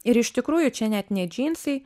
ir iš tikrųjų čia net ne džinsai